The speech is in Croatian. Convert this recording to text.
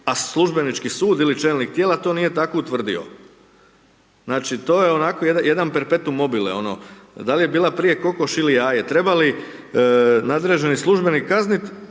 a službenički sud ili čelnik to nije tako utvrdio. Znači to je onako jedan perpetuum mobile, dal' je bila prije kokoš ili jaje? Treba li nadređeni službenik kaznit,